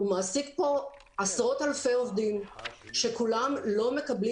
הוא מעסיק פה עשרות אלפי עובדים שכולם לא מקבלים